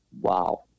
Wow